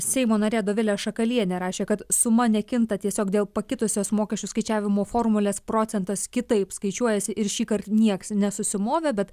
seimo narė dovilė šakalienė rašė kad suma nekinta tiesiog dėl pakitusios mokesčių skaičiavimo formulės procentas kitaip skaičiuojasi ir šįkart nieks nesusimovė bet